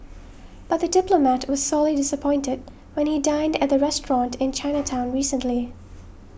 but the diplomat was sorely disappointed when he dined at the restaurant in Chinatown recently